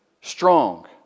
strong